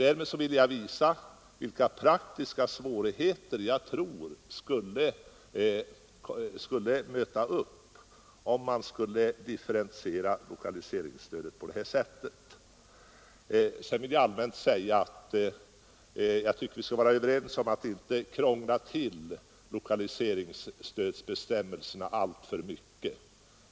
Därmed ville jag visa vilka praktiska svårigheter som jag tror att vi skulle möta om vi skulle differentiera lokaliseringsstödet på detta sätt. Sedan vill jag allmänt säga att jag tycker vi skall vara överens om att inte krångla till lokaliseringsstödsbestämmelserna alltför mycket.